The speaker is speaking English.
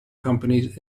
companies